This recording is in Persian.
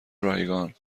رایگان